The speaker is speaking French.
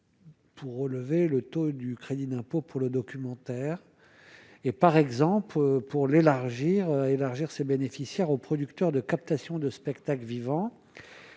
Pour relever le taux du crédit d'impôt pour le documentaire, et par exemple pour l'élargir, élargir ses bénéficiaires aux producteurs de captation de spectacle vivant